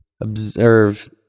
observe